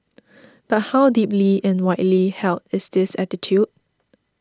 but how deeply and widely held is this attitude